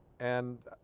and ah.